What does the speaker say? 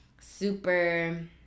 super